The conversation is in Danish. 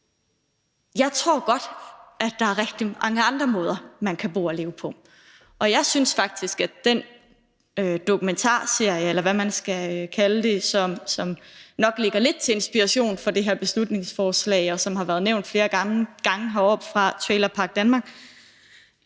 Jeg tror godt, at der er rigtig mange andre måder, man kan bo og leve på, og jeg synes faktisk, at hvad angår den dokumentarserie, eller hvad man skal kalde den, som nok har givet lidt inspiration til det her beslutningsforslag, og som har været nævnt flere gange heroppefra, nemlig »Trailerpark Danmark«,